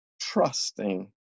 trusting